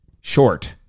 short